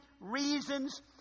reasons